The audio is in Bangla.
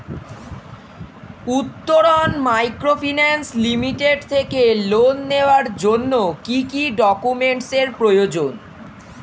উত্তরন মাইক্রোফিন্যান্স লিমিটেড থেকে লোন নেওয়ার জন্য কি কি ডকুমেন্টস এর প্রয়োজন?